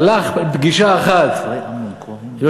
הלך, פגישה אחת עם יושב-ראש